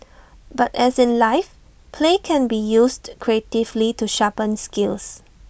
but as in life play can be used creatively to sharpen skills